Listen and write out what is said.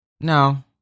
No